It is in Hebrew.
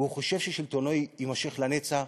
והוא חושב ששלטונו יימשך לנצח,